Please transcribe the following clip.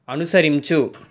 అనుసరించు